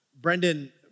Brendan